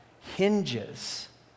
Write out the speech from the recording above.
hinges